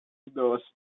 dos